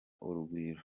urugwiro